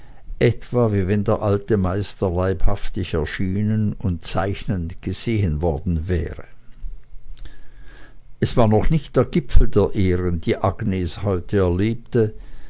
etwa wie wenn der alte meister leibhaftig erschienen und zeichnend gesehen worden wäre es war noch nicht der gipfel der ehren die agnes heute erlebte